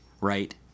right